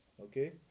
Okay